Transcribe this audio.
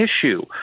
issue